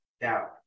doubt